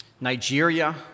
Nigeria